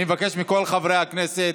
אני מבקש מכל חברי הכנסת,